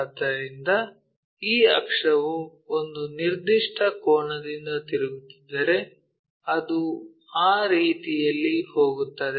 ಆದ್ದರಿಂದ ಈ ಅಕ್ಷವು ಒಂದು ನಿರ್ದಿಷ್ಟ ಕೋನದಿಂದ ತಿರುಗುತ್ತಿದ್ದರೆ ಅದು ಆ ರೀತಿಯಲ್ಲಿ ಹೋಗುತ್ತದೆ